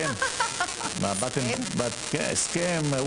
ומתן אינטנסיבי לקראת הסכם.